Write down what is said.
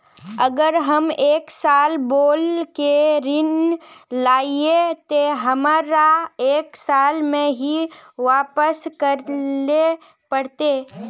अगर हम एक साल बोल के ऋण लालिये ते हमरा एक साल में ही वापस करले पड़ते?